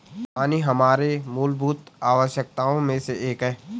पानी हमारे मूलभूत आवश्यकताओं में से एक है